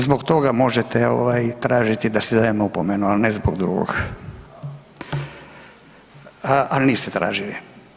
Zbog toga možete ovaj tražiti da si dajem opomenu ali ne zbog drugog, al niste tražili.